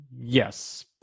Yes